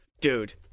Dude